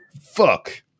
fuck